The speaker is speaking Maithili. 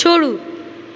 छोड़ू